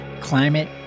Climate